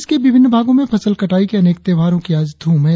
देश के विभिन्न भागों में फसल कटाई के अनेक त्यौहारों की आज धूम है